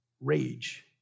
rage